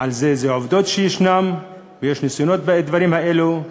אלה עובדות שישנן ויש ניסיון בדברים האלה.